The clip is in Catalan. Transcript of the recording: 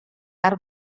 arc